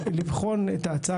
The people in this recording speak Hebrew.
לבחון את ההצעה,